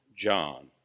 John